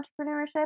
entrepreneurship